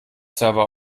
server